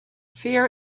fear